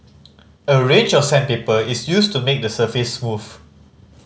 a range of sandpaper is used to make the surface smooth